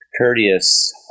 courteous